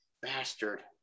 bastard